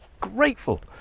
grateful